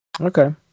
Okay